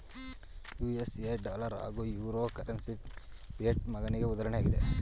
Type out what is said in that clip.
USA dollar ಹಾಗೂ euro currency fiat ಮನಿಗೆ ಉದಾಹರಣೆಯಾಗಿದೆ